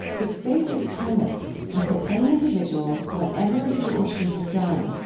its basic premise was that any individual, whatever he or she had done,